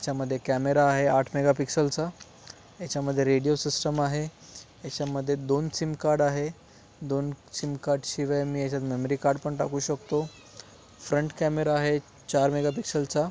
याच्यामध्ये कॅमेरा आहे आठ मेगापिक्सलचा याच्यामध्ये रेडिओ सिस्टम आहे याच्यामध्ये दोन सिमकार्ड आहे दोन सिमकार्डशिवाय मी याच्यात मेमरी कार्ड पण टाकू शकतो फ्रंट कॅमेरा आहे चार मेगापिक्सलचा